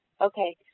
okay